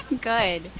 Good